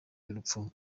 y’urupfu